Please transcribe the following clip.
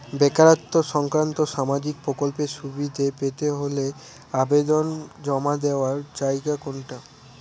বেকারত্ব সংক্রান্ত সামাজিক প্রকল্পের সুবিধে পেতে হলে আবেদন জমা দেওয়ার জায়গা কোনটা?